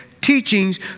teachings